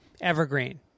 evergreen